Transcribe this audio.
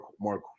Mark –